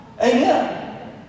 Amen